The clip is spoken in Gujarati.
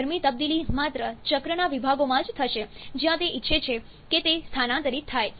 ગરમી તબદીલી માત્ર ચક્રના વિભાગોમાં જ થશે જ્યાં તે ઇચ્છે છે કે તે સ્થાનાંતરિત થાય